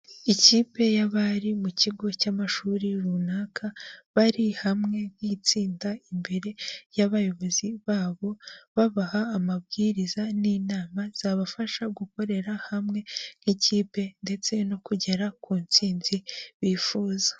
Ikipe y'abari mu kigo cy'amashuri runaka, bari hamwe nk'itsinda imbere y'Abayobozi babo, babaha amabwiriza n'inama zabafasha gukorera hamwe nk'ikipe ndetse no kugera ku ntsinzi bifuza.